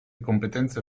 competenze